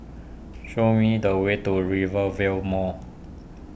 show me the way to Rivervale Mall